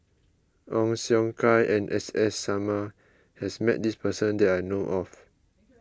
Ong Siong Kai and S S Sarma has met this person that I know of